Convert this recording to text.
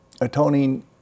atoning